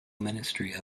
ministry